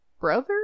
brother